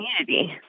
community